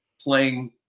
playing